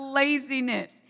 laziness